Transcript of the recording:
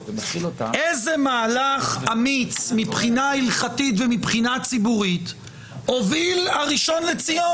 איזה מהלך אמיץ מבחינה הלכתית ומבחינה ציבורית הוביל הראשון לציון,